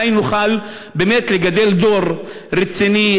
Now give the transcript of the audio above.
מתי נוכל באמת לגדל דור רציני,